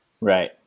Right